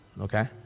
Okay